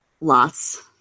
lots